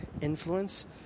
influence